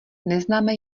neznáme